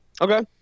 Okay